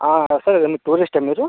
టూరిస్టా మీరు